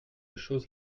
chose